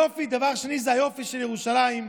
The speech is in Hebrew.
הדבר השני זה היופי של ירושלים.